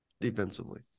defensively